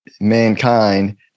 mankind